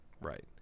Right